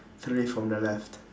three from the left